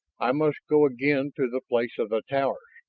i must go again to the place of the towers,